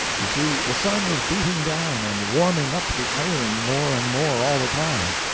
you see, the sun was beating down and warming up the iron more and more all the time.